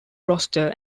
roster